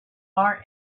our